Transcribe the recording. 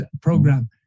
program